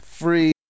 Free